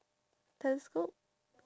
telescope